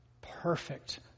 Perfect